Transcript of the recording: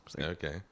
Okay